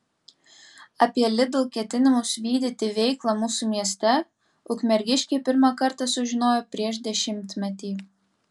apie lidl ketinimus vykdyti veiklą mūsų mieste ukmergiškiai pirmą kartą sužinojo prieš dešimtmetį